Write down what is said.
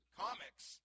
comics